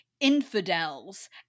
infidels